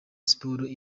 sports